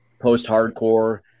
post-hardcore